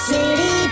City